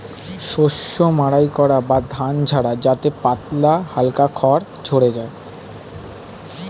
শস্য মাড়াই করা বা ধান ঝাড়া যাতে পাতলা হালকা খড় ঝড়ে যায়